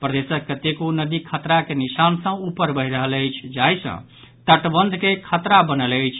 प्रदेशक कतेको नदी खतरा के निशान सँ ऊपर बहि रहल अछि जाहि सँ तटबंध के खतरा बनल अछि